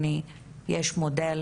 הנה, יש מודל